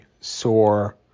sore